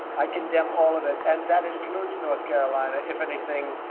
i condemn all of it. and that includes north carolina. if anything,